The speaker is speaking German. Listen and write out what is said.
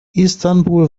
istanbul